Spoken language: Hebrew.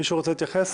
מישהו רוצה להתייחס?